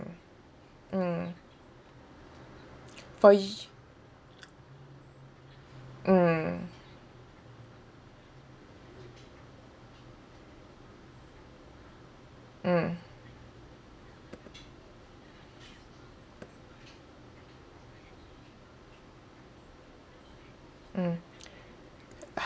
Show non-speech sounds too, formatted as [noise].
mm [noise] for y~ [noise] mm mm mm [breath]